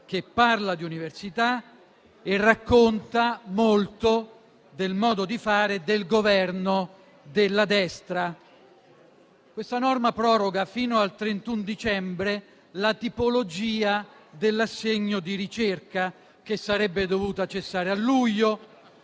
che parla di università e racconta molto del modo di fare del Governo della destra. Questa norma proroga fino al 31 dicembre la tipologia dell'assegno di ricerca, che sarebbe dovuta cessare a luglio;